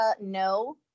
no